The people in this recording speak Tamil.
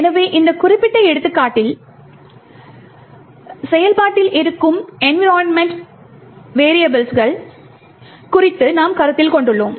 எனவே இந்த குறிப்பிட்ட எடுத்துக்காட்டில் செயல்பாட்டில் இருக்கும் என்விரோன்மெண்ட் மாறிகள் குறித்து நாம் கருத்தில் கொண்டுள்ளோம்